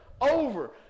over